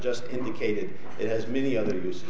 just indicated it has many other